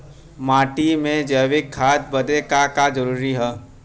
माटी में जैविक खाद बदे का का जरूरी ह?